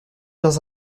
dans